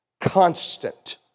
constant